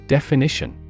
Definition